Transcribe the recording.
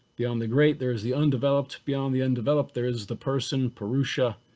beyond the great there's the undeveloped. beyond the undeveloped there is the person, purusha.